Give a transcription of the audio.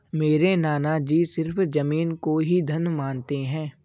मेरे नाना जी सिर्फ जमीन को ही धन मानते हैं